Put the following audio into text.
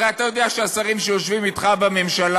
הרי אתה יודע שהשרים שיושבים אתך בממשלה,